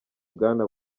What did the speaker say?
bwana